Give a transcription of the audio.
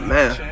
Man